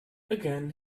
again